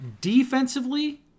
Defensively